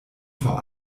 vor